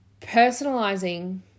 personalizing